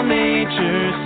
nature